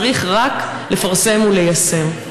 צריך רק לפרסם וליישם.